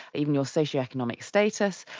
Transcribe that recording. even your social economic status,